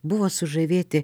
buvo sužavėti